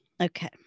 Okay